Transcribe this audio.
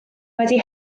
wedi